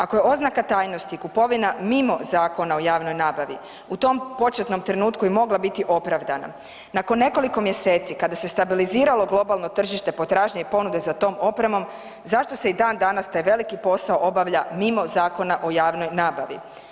Ako je oznaka tajnosti kupovina mimo Zakona o javnoj nabavi u tom početnom trenutku i mogla biti opravdana, nakon nekoliko mjeseci kada se stabiliziralo globalno tržište potražnje i ponude za tom opremom, zašto se i dan danas taj veliki posao obavlja mimo Zakona o javnoj nabavi?